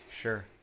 Sure